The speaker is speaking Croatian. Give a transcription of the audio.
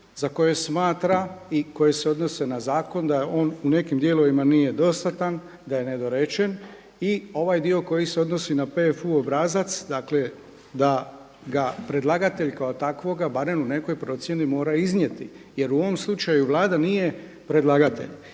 za koje smatra i koje se odnose na zakon da on u nekim dijelovima nije dostatan, da je nedorečen. I ovaj dio koji se odnosi na PFU obrazac dakle da ga predlagatelj kao takvoga barem u nekoj procjeni mora iznijeti jer u ovom slučaju Vlada nije predlagatelj.